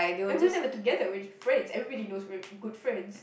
and we were never together we're just friends everybody knows we're good friends